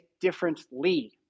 differently